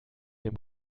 dem